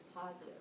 positive